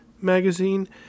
magazine